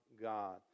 God